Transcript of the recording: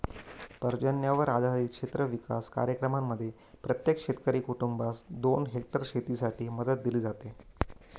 पर्जन्यावर आधारित क्षेत्र विकास कार्यक्रमांमध्ये प्रत्येक शेतकरी कुटुंबास दोन हेक्टर शेतीसाठी मदत दिली जाते